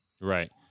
Right